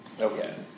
okay